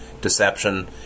deception